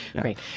Great